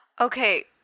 Okay